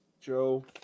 Joe